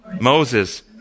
Moses